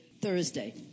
Thursday